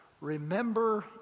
remember